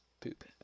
poop